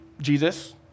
Jesus